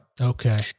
Okay